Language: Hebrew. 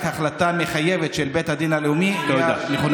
רק החלטה מחייבת של בית הדין הבין-לאומי היא נכונה.